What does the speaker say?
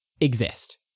exist